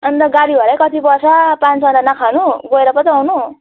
अन्त गाडी भाडै कति पर्छ पाँच सौमा नखानु गएर मात्रै आउनु